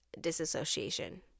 disassociation